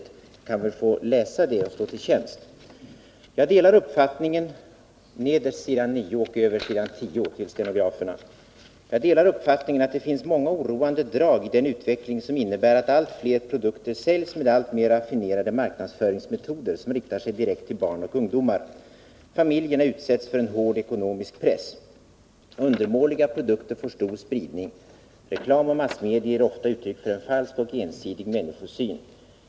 Jag kan väl få stå till tjänst med att läsa det stycket på s. 9-10: ”Jag delar uppfattningen att det finns många oroande drag i den utveckling som innebär att allt fler produkter säljs med allt mer raffinerade marknadsföringsmetoder som riktar sig direkt till barn och ungdomar. Familjerna utsätts för en hård ekonomisk press. Undermåliga produkter får stor spridning. Reklam och massmedier ger ofta uttryck för en falsk och ensidig människosyn.